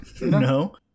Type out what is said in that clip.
No